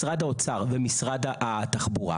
משרד האוצר ומשרד התחבורה,